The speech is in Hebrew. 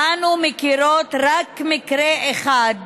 אנו מכירות רק מקרה אחד